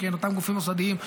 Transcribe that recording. אותם גופים מוסדיים,